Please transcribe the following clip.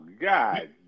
God